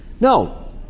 No